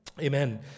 amen